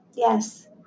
Yes